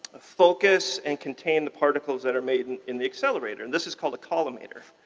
focus and contain the particles that are made and in the accelerator. and this is called a collimator.